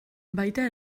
baita